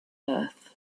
earth